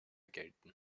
gelten